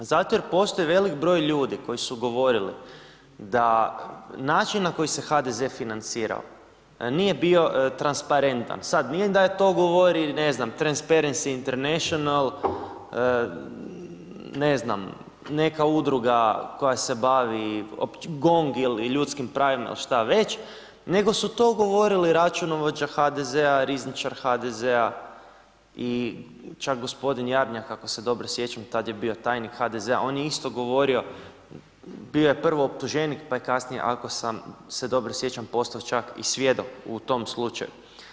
Zato jer postoji velik broj ljudi koji su govorili da način na koji se HDZ financirao, nije bio transparentan, sad, nije da je to govori Transparency International, ne znam, neka udruga koja se bavi, GONG ili ljudskim pravima ili što već, nego su to govorili računovođa HDZ-a, rizničar HDZ-a i čak g. Jarnjak, ako se dobro sjećam, tad je bio tajnik HDZ-a, on je isto govorio, bio je prvooptuženik pa je kasnije, ako sam se dobro sjećam, postao čak i svjedok u tom slučaju.